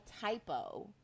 typo